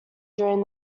during